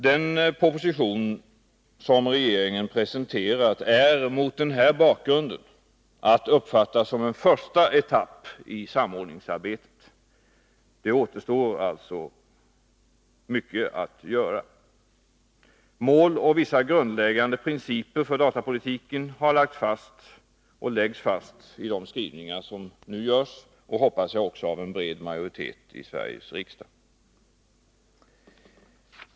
Den proposition som regeringen presenterat är, mot denna bakgrund, att uppfatta som en första etapp i samordningsarbetet. Det återstår alltså mycket att göra. Mål och vissa grundläggande principer för datapolitiken har lagts fast i de skrivningar som vi nu behandlar. Jag hoppas att de skall stödjas av en bred majoritet i Sveriges riksdag.